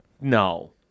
No